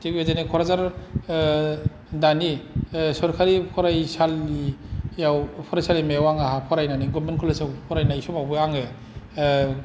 थिग बिदिनो क'क्राझार दानि सरखारि फरायसालियाव फरायसालिमायाव आङो आंहा फरायनानै गभर्नमेन्ट कलेजाव फरायनानै समावबो आङो